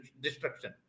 destruction